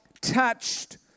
touched